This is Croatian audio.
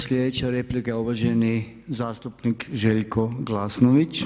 Sljedeća replika je uvaženi zastupnik Željko Glasnović.